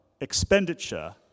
expenditure